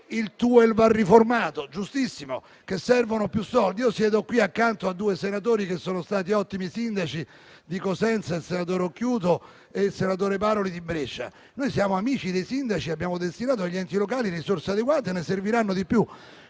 il TUEL va riformato (giustissimo) e servono più soldi. Io siedo qui accanto a due senatori che sono stati ottimi sindaci, di Cosenza il senatore Occhiuto e di Brescia il senatore Paroli. Noi siamo amici dei sindaci e abbiamo destinato agli enti locali risorse adeguate, anche se ne serviranno di più.